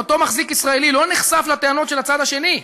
אותו מחזיק ישראלי לא נחשף לטענות של הצד השני.